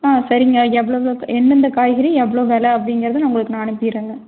ஆ சரிங்க எவ்வளோ எவ்வளோக்கு எந்தெந்த காய்கறி எவ்வளோ வெலை அப்டிங்கிறது நான் உங்களுக்கு நான் அனுப்பிடுறேங்க